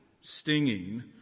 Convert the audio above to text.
stinging